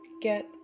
get